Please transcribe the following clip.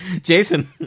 Jason